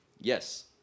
Yes